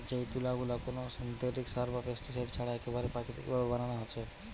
যেই তুলা গুলা কুনো সিনথেটিক সার বা পেস্টিসাইড ছাড়া একেবারে প্রাকৃতিক ভাবে বানানা হচ্ছে